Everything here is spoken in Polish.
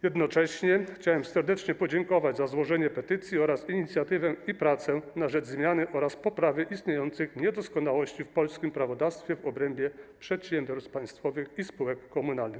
Jednocześnie chciałem serdecznie podziękować za złożenie petycji oraz inicjatywę i pracę na rzecz zmiany oraz poprawy istniejących niedoskonałości w polskim prawodawstwie w obrębie przedsiębiorstw państwowych i spółek komunalnych.